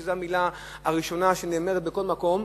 שזו המלה הראשונה שנאמרת בכל מקום,